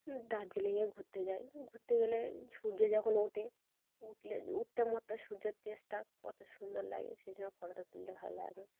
দার্জিলিংয়ে ঘুরতে যাই ঘুরতে গেলে সূর্য যখন উঠে উঠলে উঠতে মতো সূর্যের টেস্টটা কত সুন্দর লাগে সেই সময় ফটোটা তুললে ভালো লাগে